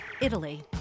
Italy